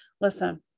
listen